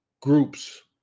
groups